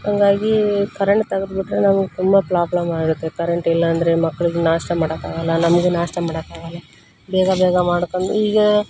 ಹಂಗಾಗಿ ಕರೆಂಟ್ ತಗದ್ಬಿಟ್ಟರೆ ನಮಗೆ ತುಂಬ ಪ್ರಾಬ್ಲಮ್ ಆಗುತ್ತೆ ಕರೆಂಟಿಲ್ಲ ಅಂದರೆ ಮಕ್ಳಿಗೆ ನಾಷ್ಟ ಮಾಡಕ್ಕಾಗಲ್ಲ ನಮಗೂ ನಾಷ್ಟ ಮಾಡಕ್ಕಾಗಲ್ಲ ಬೇಗ ಬೇಗ ಮಾಡ್ಕೊಂಡು ಈಗ